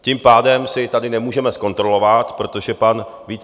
Tím pádem si to tady nemůžeme zkontrolovat, protože pan Vít